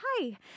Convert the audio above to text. Hi